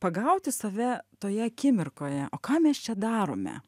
pagauti save toje akimirkoje o ką mes čia darome